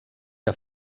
que